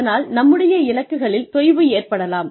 அதனால் நம்முடைய இலக்குகளில் தொய்வு ஏற்படலாம்